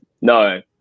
no